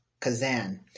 Kazan